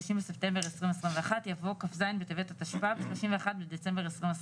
בספטמבר 2021 יבוא כ"ז בטבת התשפ"ב 31 בדצמבר 2021